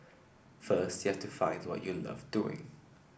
first you have to find what you love doing